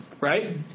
Right